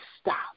stop